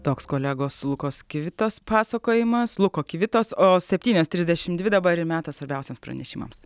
toks kolegos lukos kivitos pasakojimas luko kivitos o septynios trisdešimt dvi dabar ir metas svarbiausiems pranešimams